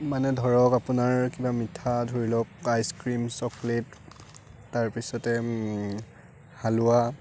মানে ধৰক আপোনাৰ কিবা মিঠা ধৰি লওক আইচক্ৰীম চকলেট তাৰপিছতে হালোৱা